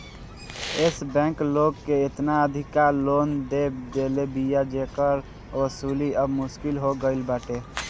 एश bank लोग के एतना अधिका लोन दे देले बिया जेकर वसूली अब मुश्किल हो गईल बाटे